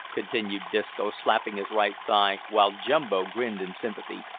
continued disco, slapping his right thigh, while jumbo grinned in sympathy,